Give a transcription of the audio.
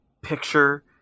picture